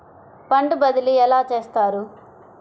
Fund బదిలీ ఎలా చేస్తారు?